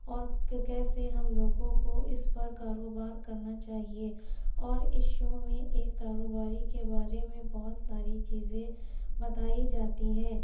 اور کیسے ہم لوگوں کو اس پر کاروبار کرنا چاہیے اور اس شو میں ایک کاروباری کے بارے میں بہت ساری چیزیں بتائی جاتی ہیں